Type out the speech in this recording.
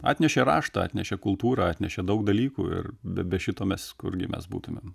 atnešė raštą atnešė kultūrą atnešė daug dalykų ir be be šito mes kurgi mes būtumėm